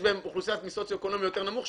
אוכלוסייה מסוציו-אקונומי יותר נמוך,